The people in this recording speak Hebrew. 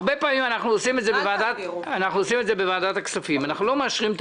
הרבה פעמים אנחנו עושים את זה בוועדת הכספים אנחנו לא מאשרים את